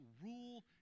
rule